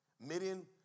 Midian